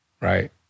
right